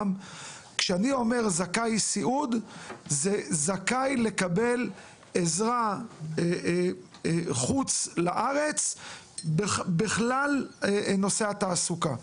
כשאני אומר זכאי סיעוד זה זכאי לקבל עזרה חוץ לארץ בכלל נושאי התעסוקה,